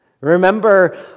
Remember